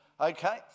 Okay